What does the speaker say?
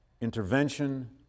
intervention